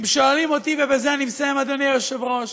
אם שואלים אותי, ובזה אני מסיים, אדוני היושב-ראש,